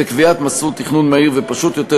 ובקביעת מסלול תכנון מהיר ופשוט יותר